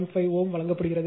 5 Ω வழங்கப்படுகிறது